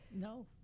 No